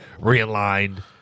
Realigned